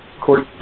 court